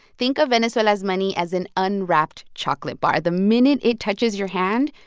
think of venezuela's money as an unwrapped chocolate bar. the minute it touches your hand,